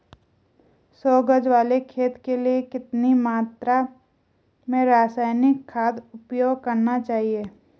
सौ गज वाले खेत के लिए कितनी मात्रा में रासायनिक खाद उपयोग करना चाहिए?